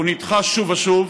הוא נדחה שוב ושוב.